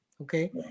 okay